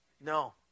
No